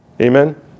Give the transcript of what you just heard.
Amen